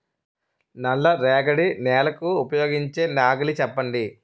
నల్ల రేగడి నెలకు ఉపయోగించే నాగలి చెప్పండి?